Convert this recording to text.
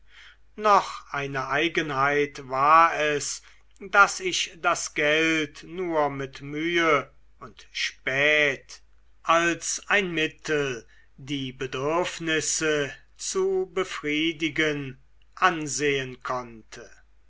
noch eine eigenheit war es daß ich das geld nur mit mühe und spät als ein mittel die bedürfnisse zu befriedigen ansehen konnte